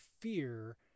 fear